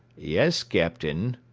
yes, captain.